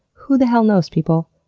who the hell knows, people?